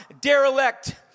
derelict